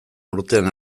urtean